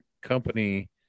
company